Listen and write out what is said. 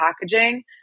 packaging